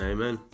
Amen